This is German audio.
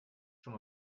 schon